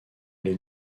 les